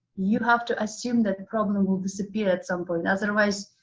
you have to assume that the problem will disappear at some point, otherwise,